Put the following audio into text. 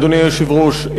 אדוני היושב-ראש.